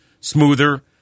smoother